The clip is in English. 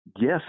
Yes